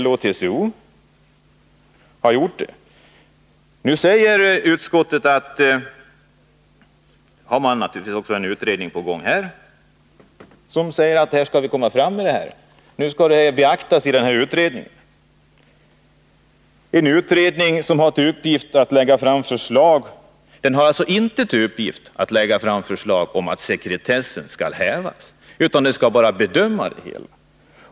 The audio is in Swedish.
Utskottet säger naturligtvis att man även här har en utredning på gång som skall beakta våra krav. Men det är en utredning som inte har till uppgift att lägga fram förslag om att sekretessen skall hävas. Utredningen skall bara bedöma det hela.